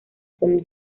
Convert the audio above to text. con